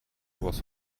was